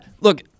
look